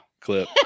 clip